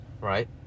right